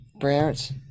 parents